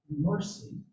mercy